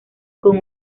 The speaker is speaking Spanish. con